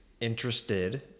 interested